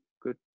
good